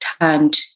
turned